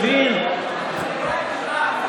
חבר הכנסת אמסלם,